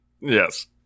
Yes